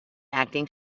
acting